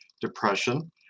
depression